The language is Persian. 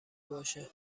باشه